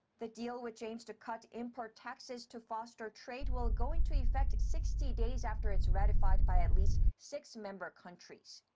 the deal, which aims to cut import import taxes to foster trade, will go into effect sixty days after it's ratified by at least six member countries.